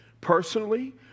personally